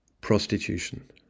prostitution